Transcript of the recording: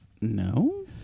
No